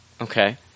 Okay